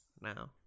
Now